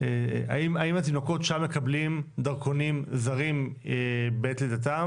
התינוקות שם מקבלים דרכונים זרים בעת לידתם,